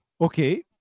okay